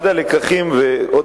אחד הלקחים, ושוב,